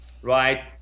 right